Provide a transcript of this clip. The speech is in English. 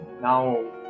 now